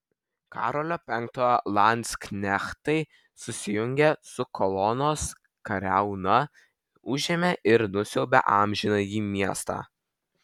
karolio penktojo landsknechtai susijungę su kolonos kariauna užėmė ir nusiaubė amžinąjį miestą